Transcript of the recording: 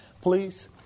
please